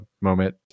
moment